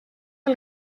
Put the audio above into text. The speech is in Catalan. per